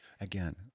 Again